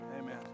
Amen